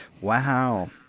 Wow